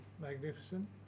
magnificent